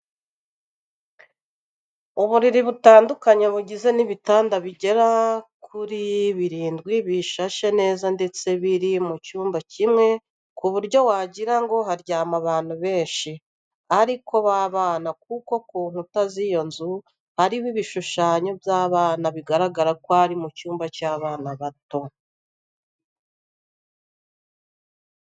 Uburiri butandukanye bugizwe n'ibitanda bigera kuri birindwi, bishashe neza ndetse biri mu cyumba kimwe ku buryo wagira ngo haryama abantu benshi ariko b'abana kuko ku nkuta z'iyo nzu hariho ibishushanyo by'abana bigaragara ko ari mu cyumba cy'abana bato.